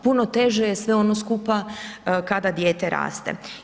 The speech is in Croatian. Puno teže je sve ono skupa kada dijete raste.